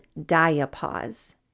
diapause